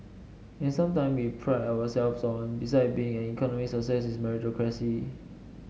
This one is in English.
and sometime we pride ourselves on besides being an economic success is meritocracy